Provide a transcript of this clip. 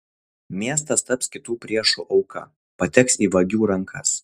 miestas taps kitų priešų auka pateks į vagių rankas